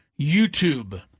YouTube